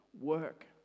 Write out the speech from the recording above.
Work